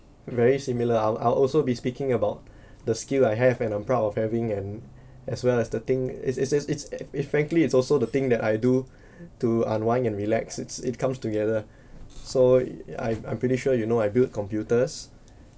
very similar I'll I'll also be speaking about the skill I have and I'm proud of having and as well as the thing it it's it's frankly it's also the thing that I do to unwind and relax it's it comes together so I I'm pretty sure you know I built computers